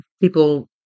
people